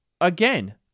again